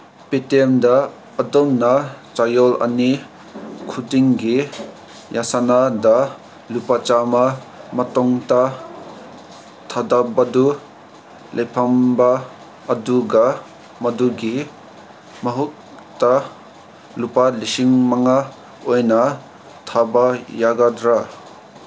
ꯄꯦꯇꯦꯝꯗ ꯑꯗꯣꯝꯅ ꯆꯌꯣꯜ ꯑꯅꯤ ꯈꯨꯗꯤꯡꯒꯤ ꯌꯥꯏꯁꯅꯥꯗ ꯂꯨꯄꯥ ꯆꯥꯝꯃ ꯃꯇꯣꯝꯇ ꯊꯥꯗꯕꯗꯨ ꯂꯦꯞꯍꯟꯕ ꯑꯗꯨꯒ ꯃꯗꯨꯒꯤ ꯃꯍꯨꯠꯇ ꯂꯨꯄꯥ ꯂꯤꯁꯤꯡ ꯃꯉꯥ ꯑꯣꯏꯅ ꯊꯥꯕ ꯌꯥꯒꯗ꯭ꯔꯥ